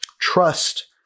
trust